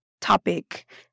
topic